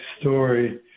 story